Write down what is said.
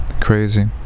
crazy